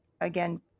again